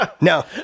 No